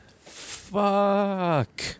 Fuck